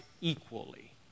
equally